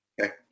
Okay